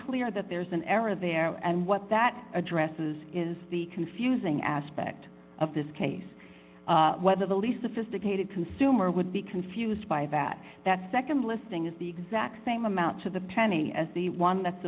clear that there's an error there and what that addresses is the confusing aspect of this case whether the lease sophisticated consumer would be confused by that that nd listing is the exact same amount to the penny as the one that's